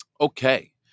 Okay